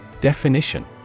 Definition